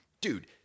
dude